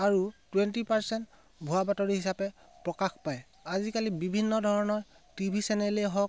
আৰু twenty percent ভুৱা বাতৰি হিচাপে প্ৰকাশ পায় আজিকালি বিভিন্ন ধৰণৰ টিভি চেনেলেই হওক